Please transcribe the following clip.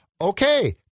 okay